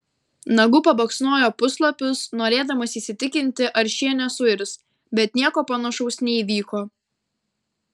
nagu pabaksnojo puslapius norėdamas įsitikinti ar šie nesuirs bet nieko panašaus neįvyko